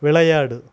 விளையாடு